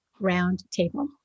Roundtable